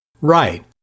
Right